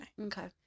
Okay